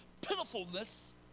pitifulness